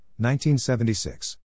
1976